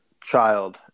child